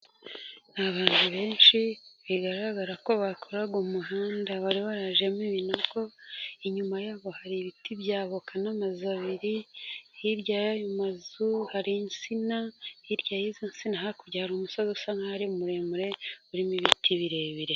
Ni abantu benshi bigaragara ko bakoraga umuhanda wari warajemo ibintibinogo, inyuma yabo hari ibiti bya avoka n'amazu abiri, hirya y'ayo mazu hari insina, hirya y'izo nsina hakurya hari umusozi usa nk'aho ari muremure urimo ibiti birebire.